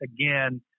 again